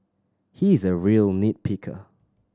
he is a real nit picker